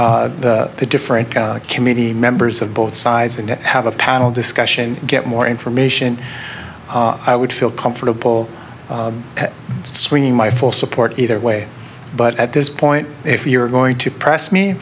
in the different committee members of both sides and have a panel discussion get more information i would feel comfortable swinging my full support either way but at this point if you're going to press me